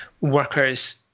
workers